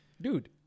Dude